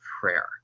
prayer